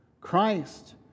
Christ